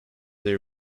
they